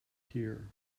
here